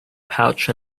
pouch